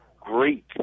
great